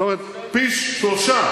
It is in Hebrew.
זאת אומרת, פי-שלושה.